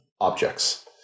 objects